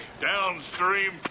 downstream